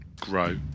grow